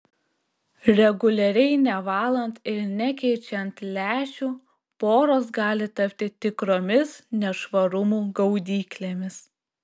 reguliariai nevalant ir nekeičiant lęšių poros gali tapti tikromis nešvarumų gaudyklėmis